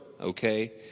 okay